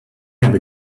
have